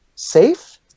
Safe